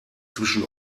zwischen